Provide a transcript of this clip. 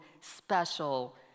special